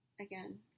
again